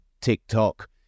TikTok